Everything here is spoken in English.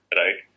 right